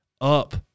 up